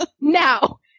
now